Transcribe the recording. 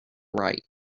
right